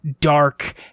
dark